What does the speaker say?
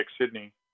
Sydney